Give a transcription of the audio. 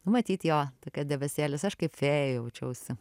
matyt jo tokia debesėlis aš kaip fėja jaučiausi